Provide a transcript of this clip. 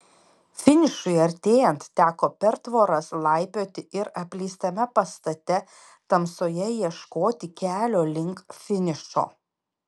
finišui artėjant teko per tvoras laipioti ir apleistame pastate tamsoje ieškoti kelio link finišo